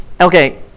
Okay